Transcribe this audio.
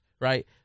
right